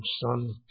son